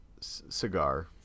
cigar